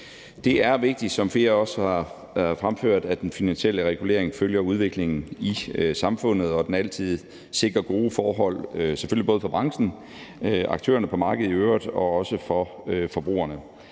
Det er vigtigt, hvad flere også har fremført, at den finansielle regulering følger udviklingen i samfundet, og at den altid sikrer gode forhold for både branchen, aktørerne på markedet i øvrigt og også for forbrugerne.